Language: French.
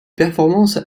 performances